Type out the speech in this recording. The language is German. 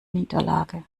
niederlage